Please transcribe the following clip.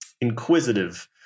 inquisitive